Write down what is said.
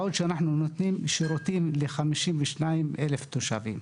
אבל אנחנו נותנים שירותים ל-52,000 תושבים.